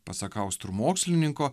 pasak austrų mokslininko